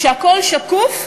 כשהכול שקוף,